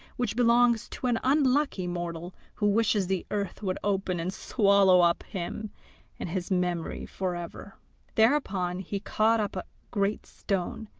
which belongs to an unlucky mortal who wishes the earth would open and swallow up him and his memory for ever thereupon he caught up a great stone,